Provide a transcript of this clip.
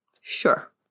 Sure